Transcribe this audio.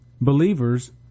Believers